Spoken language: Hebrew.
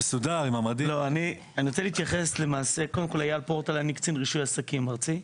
אני אייל פורטל, קצין רישוי עסקים ארצי,